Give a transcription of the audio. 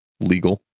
legal